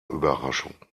überraschung